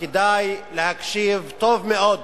וכדאי להקשיב טוב מאוד,